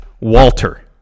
Walter